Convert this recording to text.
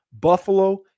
Buffalo